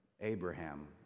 Abraham